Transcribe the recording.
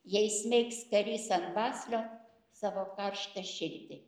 jai smeigs karys an baslio savo karštą širdį